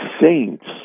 saints